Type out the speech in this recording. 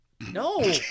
No